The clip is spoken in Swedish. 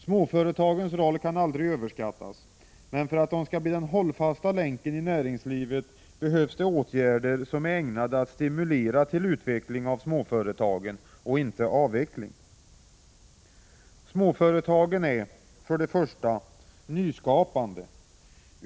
Småföretagens roll kan aldrig överskattas, men för att de skall bli den hållfasta länken i näringslivet behövs det åtgärder som är ägnade att stimulera till utveckling, inte avveckling, av småföretagen. För det första är småföretagen nyskapande.